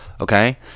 Okay